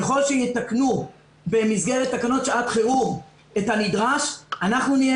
ככל שיתקנו במסגרת תקנות שעת חירום את הנדרש אנחנו נהיה